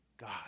God